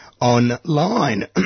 online